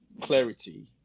clarity